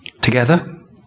Together